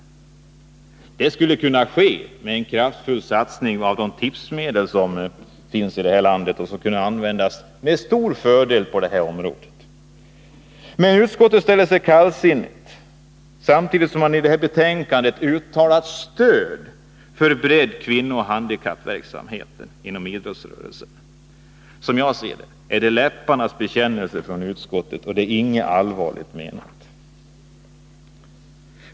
Detta skulle kunna ske med en kraftfull satsning av de tipsmedel som finns i landet. De skulle med fördel kunna användas på det här området. Men utskottet ställer sig kallsinnigt, samtidigt som man i betänkandet uttalar sitt stöd för bredd-, kvinno och handikappverksamhet inom idrottsrörelsen. Som jag ser det är det bara läpparnas bekännelse från utskottet och inte allvarligt menat.